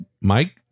Mike